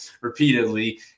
repeatedly